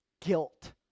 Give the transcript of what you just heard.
guilt